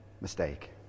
mistake